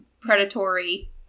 predatory